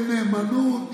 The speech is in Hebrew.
אין נאמנות,